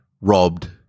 robbed